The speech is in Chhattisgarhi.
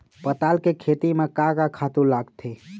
पताल के खेती म का का खातू लागथे?